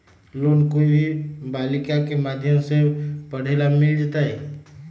Loan कोई भी बालिका के माध्यम से पढे ला मिल जायत?